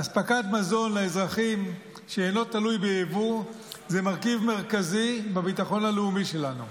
אספקת מזון לאזרחים שלא תלוי ביבוא זה מרכיב מרכזי בביטחון הלאומי שלנו.